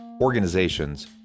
organizations